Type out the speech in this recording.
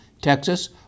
Texas